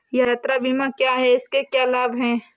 यात्रा बीमा क्या है इसके क्या लाभ हैं?